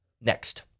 Next